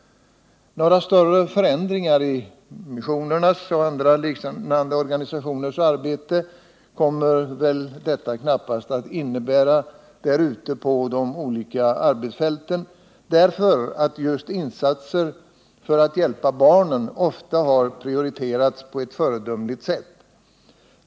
Några större förändringar i missionernas och andra organisationers arbete kommer väl detta knappast att innebära där ute på de olika Nr 135 arbetsfälten, eftersom just insatser för att hjälpa barnen ofta har prioriterats på Onsdagen den ett föredömligt sätt.